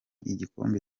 igikombe